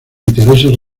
intereses